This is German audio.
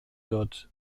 wird